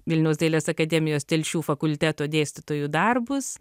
vilniaus dailės akademijos telšių fakulteto dėstytojų darbus